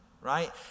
right